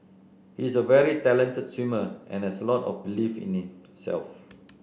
he is a very talented swimmer and has a lot of belief in self